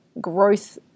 growth